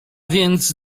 więc